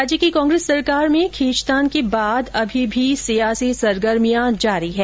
राज्य की कांग्रेस सरकार में खींचतान के बाद अभी भी सियासी सरगर्मियां जारी है